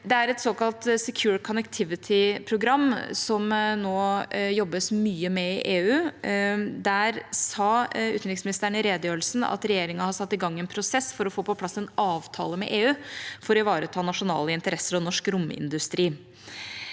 Det er et såkalt Secure Connectivity-program som det nå jobbes mye med i EU. Der sa utenriksministeren i redegjørelsen at regjeringa har satt i gang en prosess for å få på plass en avtale med EU for å ivareta nasjonale interesser og norsk romindustri.